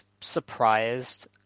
surprised